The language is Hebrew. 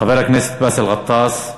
חבר הכנסת באסל גטאס,